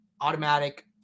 automatic